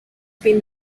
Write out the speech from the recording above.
been